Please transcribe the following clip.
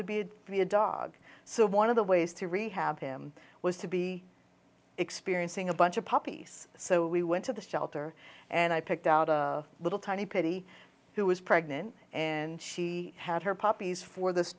to be a dog so one of the ways to rehab him was to be experiencing a bunch of puppies so we went to the shelter and i picked out a little tiny pretty who was pregnant and she had her puppies for this